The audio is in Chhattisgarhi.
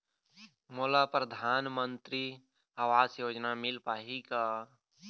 मोला परधानमंतरी आवास योजना मिल पाही का?